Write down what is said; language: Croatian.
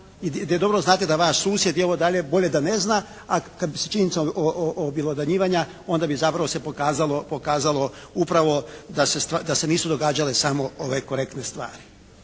i da dobro znate da vaš susjed i ovo dalje bolje da ne zna, a kad s činjenicom objelodanjivanja onda bi zapravo se pokazalo upravo da se nisu događale samo ove korektne stvari.